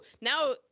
now